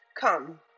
come